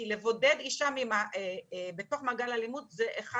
כי לבודד אישה בתוך מעגל האלימות זה אחד